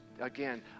again